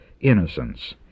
innocence